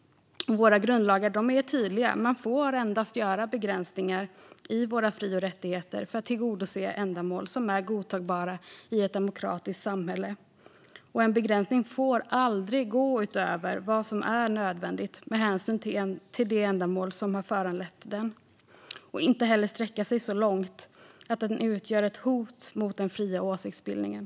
Våra grundlagar är tydliga; man får endast göra begränsningar i våra fri och rättigheter för att tillgodose ändamål som är godtagbara i ett demokratiskt samhälle. En begränsning får aldrig gå utöver vad som är nödvändigt med hänsyn till det ändamål som har föranlett den och inte heller sträcka sig så långt att den utgör ett hot mot den fria åsiktsbildningen.